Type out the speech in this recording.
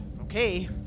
Okay